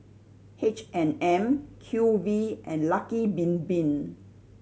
H and M Q V and Lucky Bin Bin